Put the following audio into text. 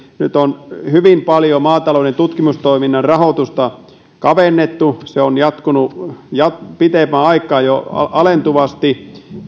nyt on hyvin paljon maatalouden tutkimustoiminnan rahoitusta kavennettu se on jatkunut jo pitemmän aikaa alentuvasti